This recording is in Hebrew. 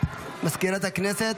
סגנית מזכיר הכנסת,